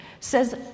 says